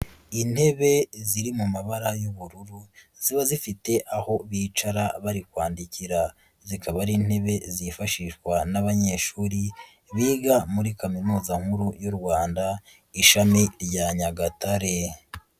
Intebe ziri mu mabara y'ubururu ziba zifite aho bicara bari kwandikira, zikaba ari intebe zifashishwa n'abanyeshuri biga muri kaminuza nkuru y'u Rwanda ishami rya Nyagatare.